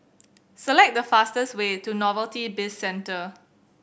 select the fastest way to Novelty Bizcentre